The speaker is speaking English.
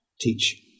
teach